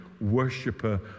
worshiper